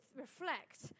reflect